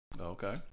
Okay